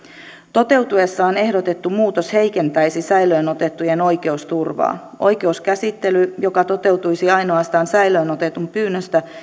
toteutuessaan ehdotettu muutos heikentäisi säilöön otettujen oikeusturvaa oikeuskäsittely joka toteutuisi ainoastaan säilöön otetun pyynnöstä